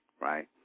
right